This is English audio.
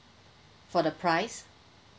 for the price